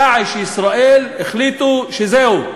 דאעש-ישראל החליטו שזהו,